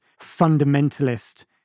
fundamentalist